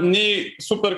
nei super